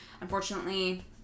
unfortunately